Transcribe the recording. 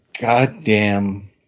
goddamn